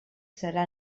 serà